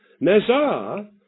Nazar